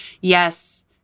yes